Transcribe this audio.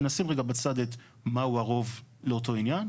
ונשים רגע בצד את מהו הרוב לאותו עניין.